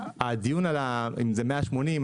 הדיון עליו אם זה 180,